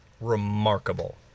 remarkable